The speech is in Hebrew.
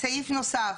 סעיף נוסף,